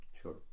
sure